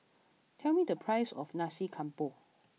tell me the price of Nasi Campur